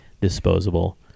disposable